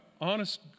honest